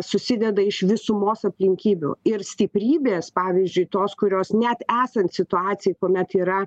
susideda iš visumos aplinkybių ir stiprybės pavyzdžiui tos kurios net esant situacijai kuomet yra